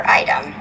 item